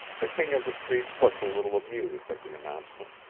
the king of the street looked a little amused at the announcement.